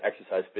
exercise